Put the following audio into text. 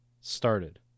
started